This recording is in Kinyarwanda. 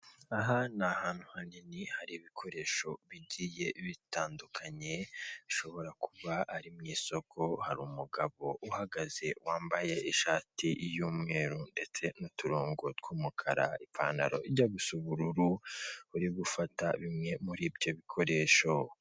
Aha ni ahantu hanini hari ibikoresho bigiye bitandukanye, bishobora kuba ari mu isoko, hari umugabo uhagaze wambaye ishati y'umweru ndetse n'uturongo tw'umukara, ipantaro ijya gusa ubururu, uri gufata bimwe muri ibyo bikoresho.